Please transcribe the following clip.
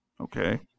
Okay